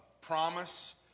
promise